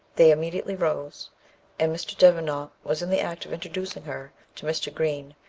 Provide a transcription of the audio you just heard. they immediately rose and mr. devenant was in the act of introducing her to mr. green,